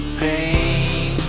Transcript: pain